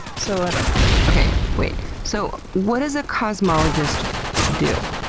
so i don't know. ok wait, so, what does a cosmologist do?